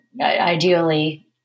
ideally